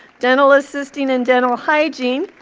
dental assistant and dental hygiene,